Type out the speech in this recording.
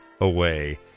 away